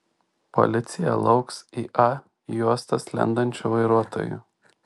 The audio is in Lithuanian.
policija lauks į a juostas lendančių vairuotojų